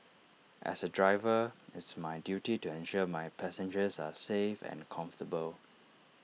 as A driver it's my duty to ensure my passengers are safe and comfortable